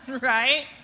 Right